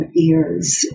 ears